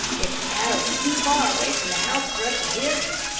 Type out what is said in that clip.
if the cattle were too far away from the house for us to hear them,